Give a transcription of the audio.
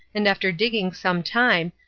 and after digging some time,